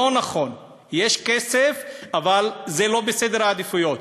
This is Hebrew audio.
לא נכון, יש כסף, אבל זה לא בסדר העדיפויות.